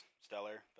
Stellar